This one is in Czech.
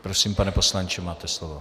Prosím, pane poslanče, máte slovo.